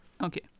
Okay